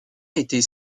était